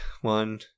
one